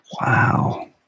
Wow